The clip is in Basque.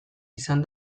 izan